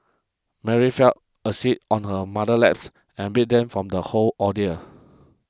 Mary fell asleep on her mother's laps and beat them from the whole ordeal